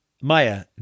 Maya